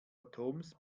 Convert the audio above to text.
atoms